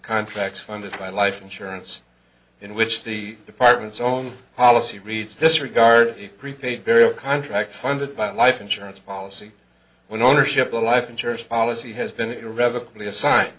contracts funded by life insurance in which the department's own policy reads disregard the prepaid very contract funded by a life insurance policy when ownership a life insurance policy has been irrevocably assign